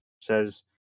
says